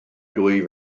dwy